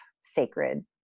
sacred